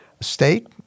state